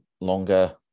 longer